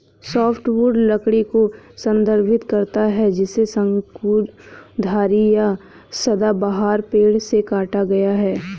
softwood लकड़ी को संदर्भित करता है जिसे शंकुधारी या सदाबहार पेड़ से काटा गया है